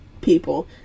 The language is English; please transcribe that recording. people